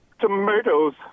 tomatoes